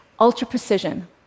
ultra-precision